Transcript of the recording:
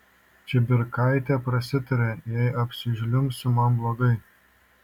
čibirkaitė prasitarė jei apsižliumbsiu man blogai